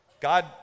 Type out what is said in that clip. God